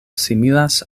similas